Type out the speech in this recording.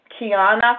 Kiana